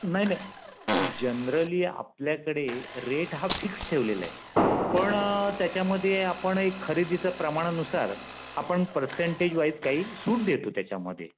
नाही नाही जनरली आपल्याकडे रेट हा फिक्स्ड ठेवलेला आहे पण त्याच्यामध्ये आपण एक खरेदीचं प्रमाणानुसार आपण पर्सेंटेज वाईज काही सूट देतो त्याच्यामध्ये